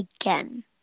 again